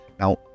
Now